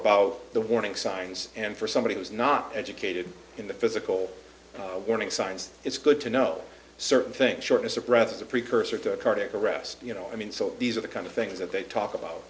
about the warning signs and for somebody who's not educated in the physical warning signs it's good to know certain things shortness of breath is a precursor to a cardiac arrest you know i mean so these are the kind of things that they talk about